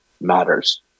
matters